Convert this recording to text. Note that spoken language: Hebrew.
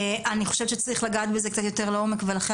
אני חושבת שצריך לגעת בזה יותר לעומק ולכן